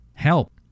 Help